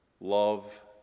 Love